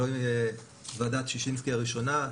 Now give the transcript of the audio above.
ועדת שישינסקי הראשונה,